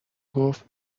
گفت